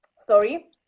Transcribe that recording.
sorry